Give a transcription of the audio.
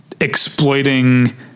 exploiting